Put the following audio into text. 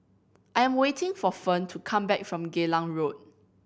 I'm waiting for Fern to come back from Geylang Road